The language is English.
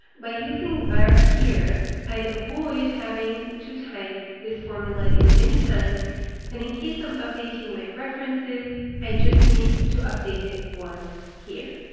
by using var here, i avoid having to type this formula in many times, and in case i'm updating my references, i just need to update it once here.